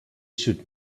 should